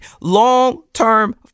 long-term